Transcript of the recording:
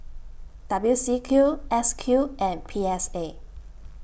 W C Q S Q and P S A